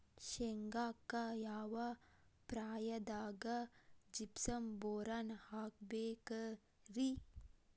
ಶೇಂಗಾಕ್ಕ ಯಾವ ಪ್ರಾಯದಾಗ ಜಿಪ್ಸಂ ಬೋರಾನ್ ಹಾಕಬೇಕ ರಿ?